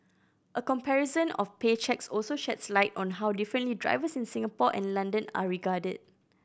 a comparison of pay cheques also sheds light on how differently drivers in Singapore and London are regarded